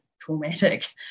traumatic